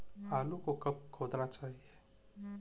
आलू को कब खोदना चाहिए?